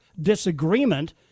disagreement